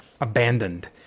abandoned